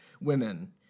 women